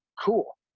cool